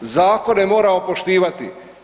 Zakone moramo poštovati.